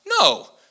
No